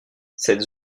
cette